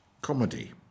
Comedy